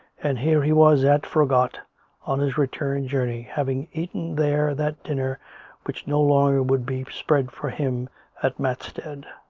and here he was at froggatt on his return journey, having eaten there that dinner which no longer would be spread for him at matstead.